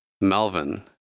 Melvin